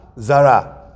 zara